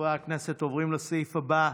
חברי הכנסת, אנחנו עוברים לסעיף הבא,